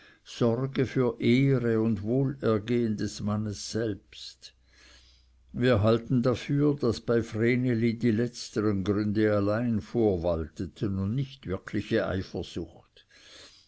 sorge für ehre und wohlergehen des mannes selbst wir halten dafür daß bei vreneli die letzteren gründe alleine vorwalteten und nicht wirkliche eifersucht